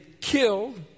killed